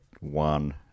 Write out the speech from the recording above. one